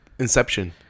inception